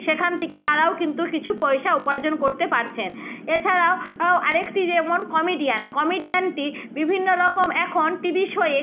সেখান থেকে তারাও কিন্তু কিছু পয়সা উপার্জন করতে পারছেন এছাড়াও আও আরেকটি যেমন কমেডিয়ান কমেডিয়ানটি বিভিন্ন রকম এখন টিভি শোয়ে